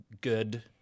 good